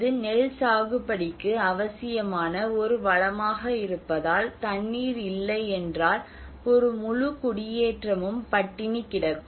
இது நெல் சாகுபடிக்கு அவசியமான ஒரு வளமாக இருப்பதால் தண்ணீர் இல்லை என்றால் ஒரு முழு குடியேற்றமும் பட்டினி கிடக்கும்